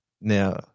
Now